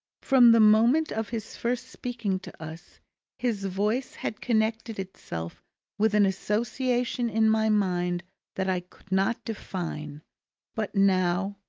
from the moment of his first speaking to us his voice had connected itself with an association in my mind that i could not define but now,